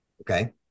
okay